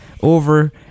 over